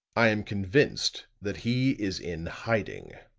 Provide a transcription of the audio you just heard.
i am convinced that he is in hiding.